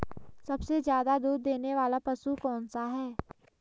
सबसे ज़्यादा दूध देने वाला पशु कौन सा है?